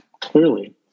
clearly